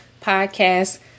podcast